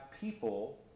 people